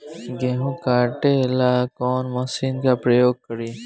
गेहूं काटे ला कवन मशीन का प्रयोग करी?